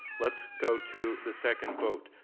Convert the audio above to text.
let's go to the second vote.